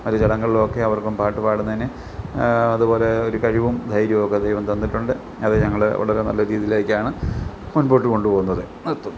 പരിസരങ്ങളിലും ഒക്കെ അവർക്ക് പാട്ട് പാടുന്നതിനു അതുപോലെ ഒരു കഴിവും ധൈര്യവും ഒക്കെ ദൈവം തന്നിട്ടുണ്ട് അത് ഞങ്ങൾ വളരെ നല്ല രീതിയിലൊക്കെയാണ് മുൻപോട്ട് കൊണ്ടുപോകുന്നത് നിർത്തുന്നു